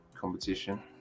competition